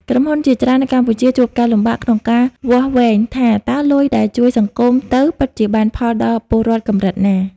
ក្រុមហ៊ុនជាច្រើននៅកម្ពុជាជួបការលំបាកក្នុងការវាស់វែងថា តើលុយដែលជួយសង្គមទៅ ពិតជាបានផលដល់ពលរដ្ឋកម្រិតណា។